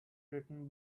written